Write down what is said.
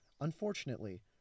Unfortunately